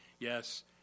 Yes